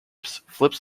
flips